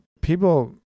people